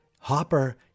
Hopper